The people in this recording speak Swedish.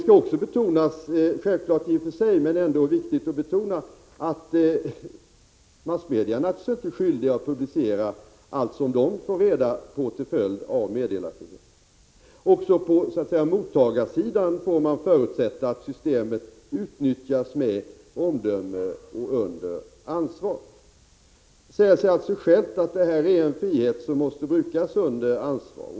Vidare vill jag betona — det är i och för sig en självklarhet, men det är ändå viktigt att understryka — att massmedia inte är skyldiga att publicera allt som de får reda på genom meddelarfriheten. Även när det gäller ”mottagarsidan” får man förutsätta att systemet utnyttjas med omdöme och under ansvar. Således säger det sig självt att det rör sig om en frihet som måste brukas under ansvar.